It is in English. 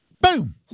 Boom